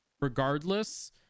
regardless